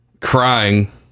crying